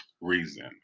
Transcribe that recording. reason